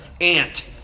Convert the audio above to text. ant